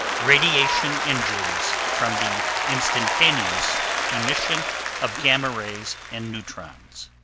radiation injuries, from the instantaneous emission of gamma rays and neutrons.